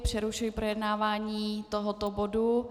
Přerušuji projednávání tohoto bodu.